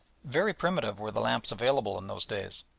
very primitive were the lamps available in those days.